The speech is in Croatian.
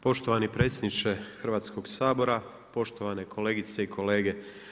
Poštovani predsjedniče Hrvatskog sabora, poštovane kolegice i kolege.